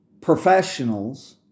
professionals